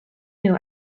new